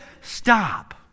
stop